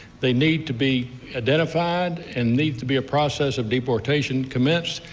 they need to be identified and need to be a process of deportation commenced,